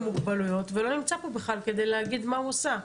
מוגבלויות ולא נמצא פה בכלל כדי להגיד מה הוא עשה,